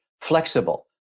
flexible